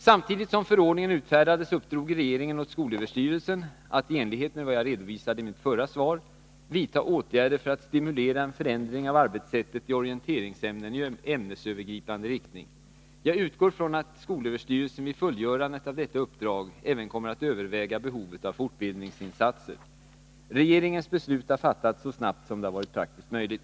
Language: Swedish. Samtidigt som förordningen utfärdades uppdrog regeringen åt skolöverstyrelsen att, i enlighet med vad jag redovisade i mitt förra svar, vidta åtgärder för att stimulera en förändring av arbetssättet i orienteringsämnen i ämnesövergripande riktning. Jag utgår från att SÖ vid fullgörandet av detta uppdrag även kommer att överväga behovet av fortbildningsinsatser. Regeringens beslut har fattats så snabbt som det har varit praktiskt möjligt.